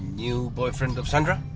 new boyfriend of sandra,